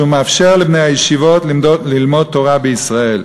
מאפשר לבני הישיבות ללמוד תורה בישראל.